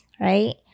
right